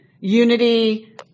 Unity